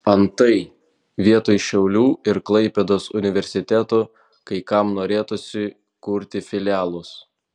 antai vietoj šiaulių ir klaipėdos universitetų kai kam norėtųsi kurti filialus